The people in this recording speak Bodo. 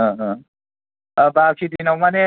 ओ ओ बाखि दिनाव माने